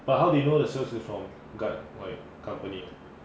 but how they know the sales is from guard like company